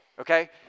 Okay